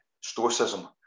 stoicism